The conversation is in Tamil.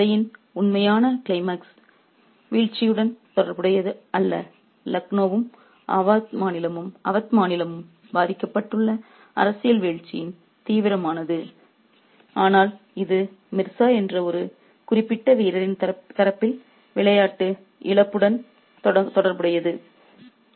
எனவே கதையின் உண்மையான க்ளைமாக்ஸ் வீழ்ச்சியுடன் தொடர்புடையது அல்ல லக்னோவும் அவத் மாநிலமும் பாதிக்கப்பட்டுள்ள அரசியல் வீழ்ச்சியின் தீவிரமானது ஆனால் இது மிர்சா என்ற ஒரு குறிப்பிட்ட வீரரின் தரப்பில் விளையாட்டு இழப்புடன் தொடர்புடையது